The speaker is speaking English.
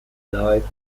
life